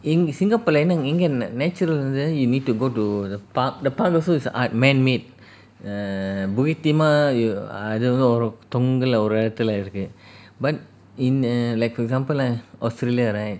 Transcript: in singapore ல இங்க என்ன:la inga enna natural எது:edhu you need to go to the park the park also is art man-made err bukit timah you I don't know தொங்கலா ஒரு இடத்துல இருக்கு:thongala oru idathula iruku but in err like for example ah australia right